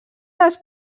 les